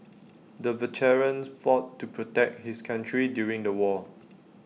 the veterans fought to protect his country during the war